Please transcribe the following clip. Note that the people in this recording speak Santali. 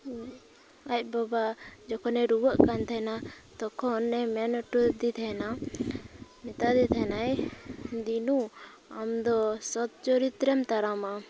ᱟᱡ ᱵᱟᱵᱟ ᱡᱚᱠᱷᱚᱱᱮ ᱨᱩᱣᱟᱹᱜ ᱠᱟᱱ ᱛᱟᱦᱮᱱᱟ ᱛᱚᱠᱷᱚᱱᱮ ᱢᱮᱱ ᱚᱴᱚ ᱟᱫᱮ ᱛᱟᱦᱮᱱᱟ ᱢᱮᱛᱟᱫᱮ ᱛᱟᱦᱮᱱᱟᱭ ᱫᱤᱱᱩ ᱟᱢ ᱫᱚ ᱥᱚᱛ ᱪᱚᱨᱤᱛ ᱨᱮᱢ ᱛᱟᱲᱟᱢᱟ